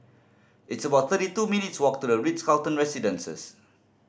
it's about thirty two minutes' walk to The Ritz Carlton Residences